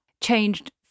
changed